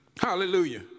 Hallelujah